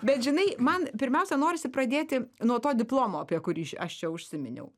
bet žinai man pirmiausia norisi pradėti nuo to diplomo apie kurį aš čia užsiminiau